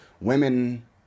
women